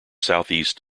southeast